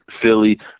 Philly